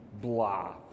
blah